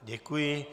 Děkuji.